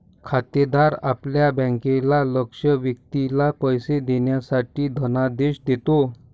खातेदार आपल्या बँकेला लक्ष्य व्यक्तीला पैसे देण्यासाठी धनादेश देतो